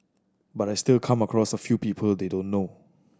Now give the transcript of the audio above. but I still come across a few people they don't know